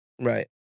Right